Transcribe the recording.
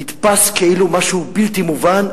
נתפס כאילו משהו בלתי מובן,